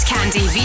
Candy